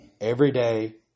everyday